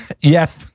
Yes